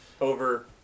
over